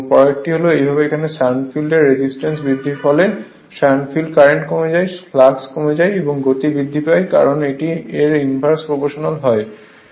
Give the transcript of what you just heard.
পরেরটি হল এইভাবে শান্ট ফিল্ডের রেজিস্ট্যান্স বৃদ্ধির ফলে শান্ট ফিল্ড কারেন্ট কমে যায় ফ্লাক্স কমে যায় এবং গতি বৃদ্ধি পায় কারণ এটির ইনভার্সলি প্রপ্রোশনাল হয়